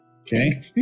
Okay